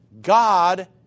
God